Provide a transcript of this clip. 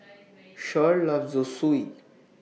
Cher loves Zosui